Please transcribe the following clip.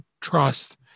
trust